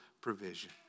provision